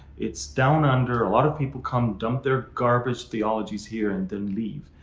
it's down under, a lot of people come dump their garbage theologies here and then leave.